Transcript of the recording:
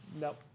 Nope